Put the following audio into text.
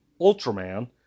Ultraman